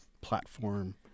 platform